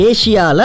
Asia